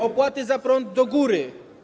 Opłaty za prąd - do góry.